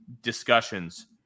discussions